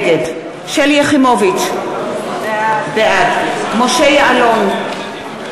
נגד שלי יחימוביץ, בעד משה יעלון,